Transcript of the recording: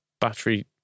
battery